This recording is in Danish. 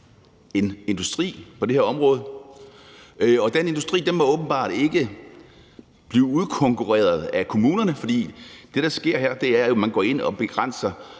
en industri på det her område, og den industri må åbenbart ikke blive udkonkurreret af kommunerne. For det, der sker her, er jo faktisk, at man går ind og begrænser